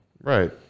Right